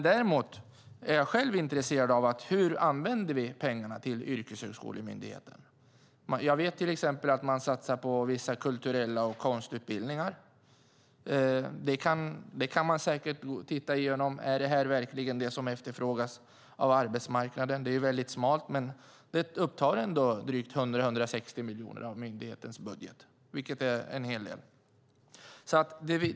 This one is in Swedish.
Däremot är jag själv intresserad av hur vi använder pengarna till yrkeshögskolemyndigheten. Jag vet till exempel att man satsar på vissa kulturella utbildningar och konstutbildningar. Det kan man säkert titta igenom. Är det verkligen det som efterfrågas av arbetsmarknaden? Det är väldigt smalt. Men det upptar ändå drygt 100-160 miljoner av myndighetens budget, vilket är en hel del.